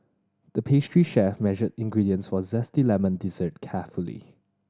the pastry chef measured ingredients for a zesty lemon dessert carefully